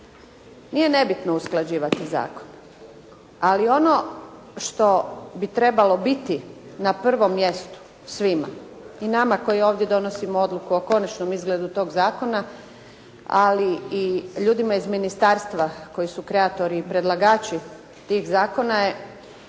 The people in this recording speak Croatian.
Nije nebitno usklađivati zakone, ali ono što bi trebalo biti na prvom mjestu svima i nama koji ovdje donosimo odluku o konačnom izgledu tog zakona, ali i ljudima iz ministarstva koji su kreatori i predlagači tih zakona je